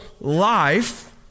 life